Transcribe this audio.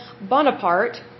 Bonaparte